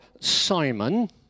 Simon